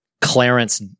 Clarence